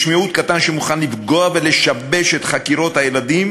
יש מיעוט קטן שמוכן לפגוע ולשבש את חקירות הילדים,